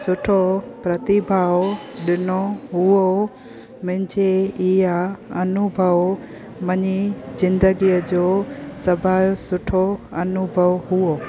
सुठो प्रतिभाव ॾिनो हुओ मुंहिजो इहो अनुभव माने ज़िंदगीअ जो सभु खां सुठो अनुभव हुओ